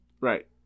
Right